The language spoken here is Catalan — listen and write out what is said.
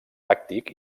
tàctic